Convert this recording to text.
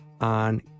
on